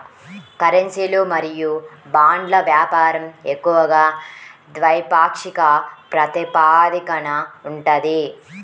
కరెన్సీలు మరియు బాండ్ల వ్యాపారం ఎక్కువగా ద్వైపాక్షిక ప్రాతిపదికన ఉంటది